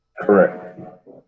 Correct